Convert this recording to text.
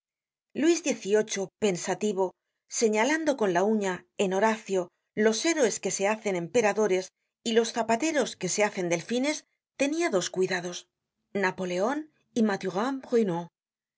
luis xviii pensativo señalando con la uña en horacio los héroes que se hacen emperadores y los zapateros que se hacen delfines tenia dos cuidados napoleon y